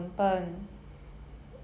看什么戏